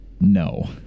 No